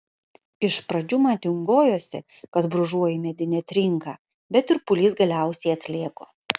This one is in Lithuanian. iš pradžių man dingojosi kad brūžuoju medinę trinką bet tirpulys galiausiai atlėgo